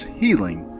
healing